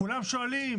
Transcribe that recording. כולם שואלים